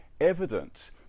evident